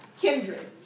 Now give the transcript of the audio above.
kindred